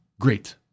Great